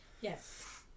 Yes